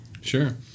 Sure